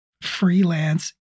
freelance